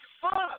fuck